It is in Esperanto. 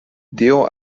dio